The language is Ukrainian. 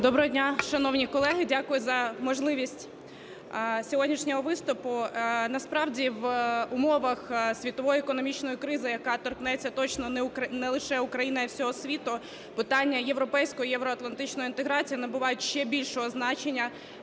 Доброго дня, шановні колеги! Дякую за можливість сьогоднішнього виступу. Насправді в умовах світової економічної кризи, яка торкнеться точно не лише України, а і всього світу, питання європейської і євроатлантичної інтеграції набувають ще більшого значення,